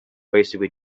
basically